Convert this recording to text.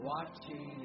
Watching